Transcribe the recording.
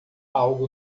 algo